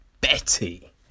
Betty